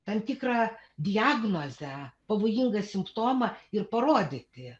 tam tikrą diagnozę pavojingą simptomą ir parodyti